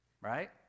right